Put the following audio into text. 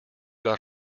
got